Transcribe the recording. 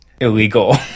illegal